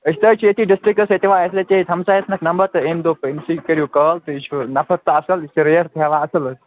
أسۍ تہِ حظ چھِ ییٚتی ڈِسٹِرٛکَس سۭتۍ یِوان اَسہِ رَچے ییٚتہِ ہَمسایَس اکھ نَمبَر تہٕ أمۍ دوٚپ أمۍ سٕے کٔرِو کال تہٕ یہِ چھُ نَفَر تہٕ اَصٕل یہِ چھُ ریٹ تہِ ہٮ۪وان اَصٕل حظ